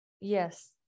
Yes